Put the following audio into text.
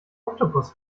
oktopus